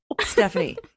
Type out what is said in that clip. Stephanie